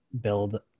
build